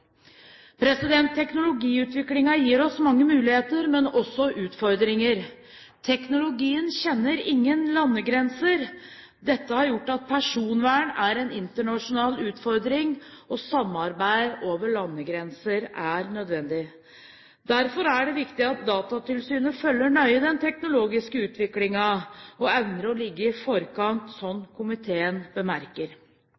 gir oss mange muligheter, men også utfordringer. Teknologien kjenner ingen landegrenser. Dette har gjort at personvern er en internasjonal utfordring, og samarbeid over landegrenser er nødvendig. Derfor er det viktig at Datatilsynet følger nøye den teknologiske utviklingen og evner å ligge i forkant,